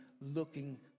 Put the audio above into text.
looking